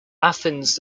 athens